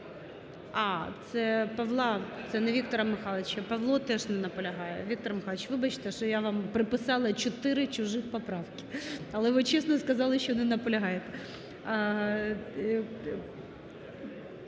Це не Віктора Михайловича. Павло теж не наполягає. Віктор Михайлович, вибачте, що я вам приписала чотири чужих поправок. Але ви чесно сказали, що не наполягаєте.